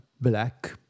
black